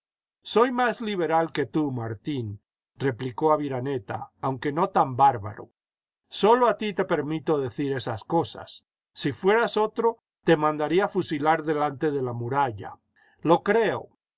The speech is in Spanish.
soy más liberal que tú martín replicó aviraneta aunque no tan bárbaro sólo a ti te permito decir esas cosas si fueras otro te mandaría fusilar delante de la muralla lo creo